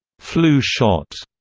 flu shot,